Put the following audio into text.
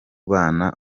bana